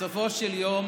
ובסופו של יום,